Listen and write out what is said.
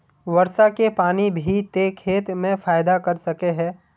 वर्षा के पानी भी ते खेत में फायदा कर सके है?